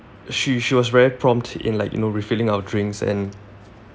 she she was very prompt in like you know refilling our drinks and